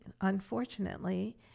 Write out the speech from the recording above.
unfortunately